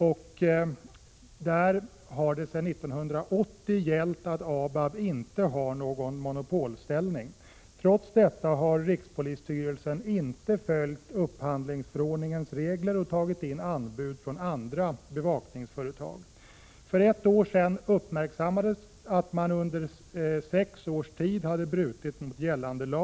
Sedan 1980 har ABAB inte någon monopolställning i fråga om denna typ av bevakningstjänster. Trots detta har rikspolisstyrelsen inte följt upphandlingsförordningens regler och tagit in anbud från andra bevakningsföretag. För ett år sedan uppmärksammades att man under sex års tid hade brutit mot gällande lag. — Prot.